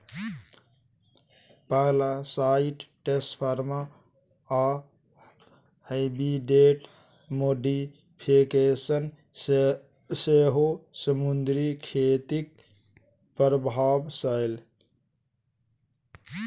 parasite transfer आ habitat modification सेहो समुद्री खेतीक प्रभाब छै